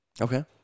Okay